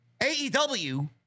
AEW